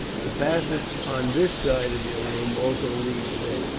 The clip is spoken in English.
the passage on this side of your room also leads there,